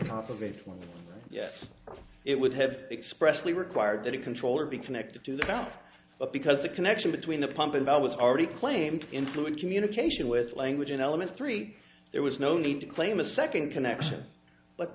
top of it yes it would have expressed we require that a controller be connected to the mouth but because the connection between the pump and i was already claimed including communication with language and elements three there was no need to claim a second connection but